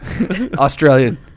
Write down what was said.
Australian